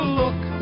look